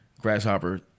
Grasshopper